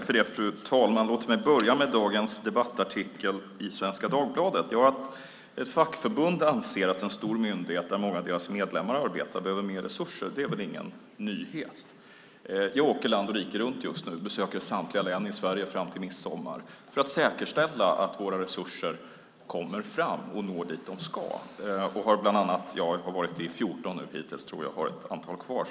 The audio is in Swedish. Fru talman! Låt mig börja med det som gällde dagens debattartikel i Svenska Dagbladet. Att ett fackförbund anser att en stor myndighet där många av deras medlemmar arbetar behöver mer resurser är väl ingen nyhet. Jag åker land och rike runt just nu och besöker samtliga län i Sverige fram till midsommar för att säkerställa att våra resurser kommer fram dit de ska. Jag har hittills besökt 14 län och har alltså ett antal län kvar.